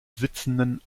sitzenden